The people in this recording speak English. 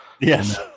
Yes